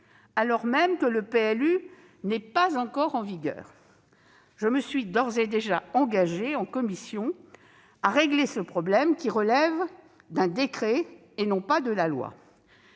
alors même que ce dernier n'est pas encore en vigueur. Je me suis d'ores et déjà engagée en commission à régler ce problème, qui relève cependant d'un décret, et non de la loi.